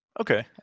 Okay